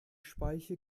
speiche